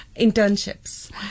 internships